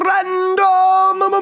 Random